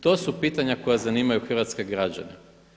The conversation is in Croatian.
To su pitanja koja zanimaju hrvatske građane.